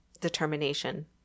determination